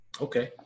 Okay